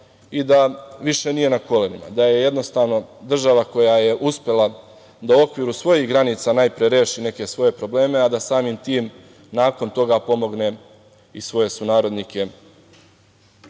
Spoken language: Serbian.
i da više nije na kolenima, da je jednostavno država koja je uspela da u okviru svojih granica najpre reši neke svoje probleme, a da samim tim nakon toga pomogne i svoje sunarodnike